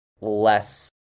less